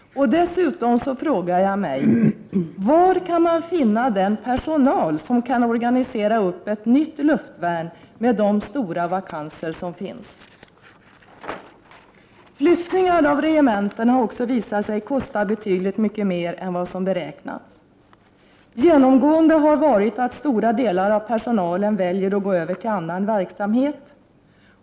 Dessutom frågar jag: Var kan man finna den personal som kan organisera ett nytt luftvärn med tanke på de stora vakanser som finns? Flyttningar av regementen har också visat sig kosta betydligt mycket mer än vad som har beräknats. Genomgående har stora delar av personalen valt att gå över till annan verksamhet.